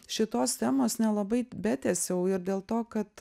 šitos temos nelabai betęsiau ir dėl to kad